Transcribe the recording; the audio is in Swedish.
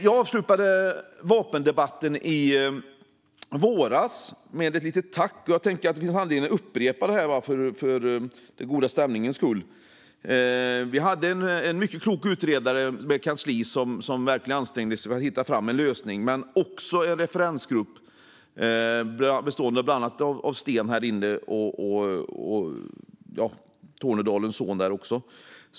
Jag avslutade vapendebatten i våras med ett litet tack. Jag tänkte att det finns anledning att upprepa det för den goda stämningens skull. Vi hade en mycket klok utredare med kansli som verkligen ansträngde sig för att hitta en lösning. Vi hade också en referensgrupp bestående av bland annat Sten Bergheden här inne och också Tornedalens son Birger Lahti.